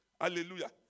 Hallelujah